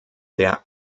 der